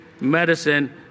medicine